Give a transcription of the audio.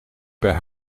per